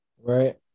Right